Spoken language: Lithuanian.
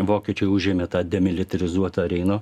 vokiečiai užėmė tą demilitarizuotą reino